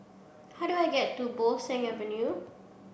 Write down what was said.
how do I get to Bo Seng Avenue